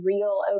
real